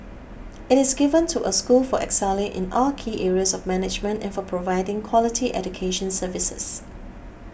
it is given to a school for excelling in all key areas of management and for providing quality education services